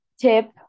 tip